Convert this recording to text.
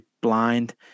blind